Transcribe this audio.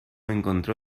encontró